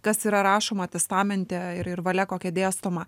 kas yra rašoma testamente ir ir valia kokia dėstoma